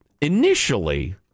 initially